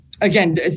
again